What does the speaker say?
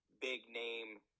big-name